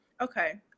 okay